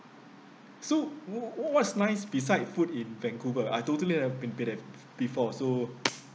so wh~ what's nice beside food in vancouver I totally have been be there before so